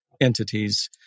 entities